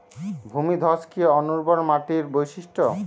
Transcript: ভূমিধস কি অনুর্বর মাটির বৈশিষ্ট্য?